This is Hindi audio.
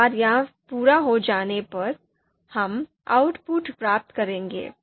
एक बार यह पूरा हो जाने पर हम आउटपुट प्राप्त करेंगे